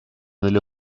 nelle